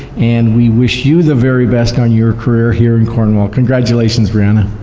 and we wish you the very best on your career here in cornwall, congratulations brianna.